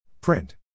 Print